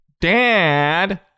Dad